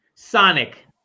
sonic